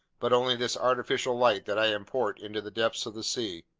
but only this artificial light that i import into the depths of the seas!